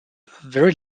very